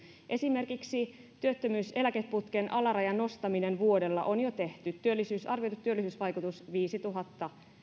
esimerkiksi työttömyyseläkeputken alarajan nostaminen vuodella on jo tehty arvioitu työllisyysvaikutus viisituhatta